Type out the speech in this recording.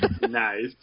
nice